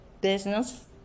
business